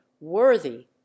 worthy